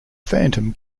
phantom